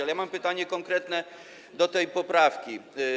Ale mam pytanie konkretne co do tej poprawki.